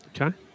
Okay